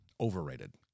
overrated